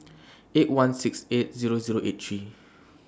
eight one six eight Zero Zero eight three